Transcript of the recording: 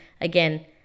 again